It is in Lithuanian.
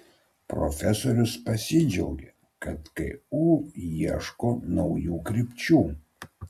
profesorius pasidžiaugė kad ku ieško naujų krypčių